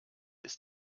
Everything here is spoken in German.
ist